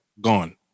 gone